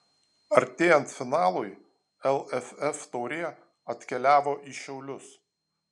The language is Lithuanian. artėjant finalui lff taurė atkeliavo į šiaulius